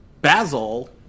Basil